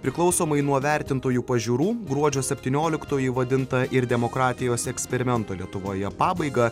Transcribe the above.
priklausomai nuo vertintojų pažiūrų gruodžio septynioliktoji vadinta ir demokratijos eksperimento lietuvoje pabaiga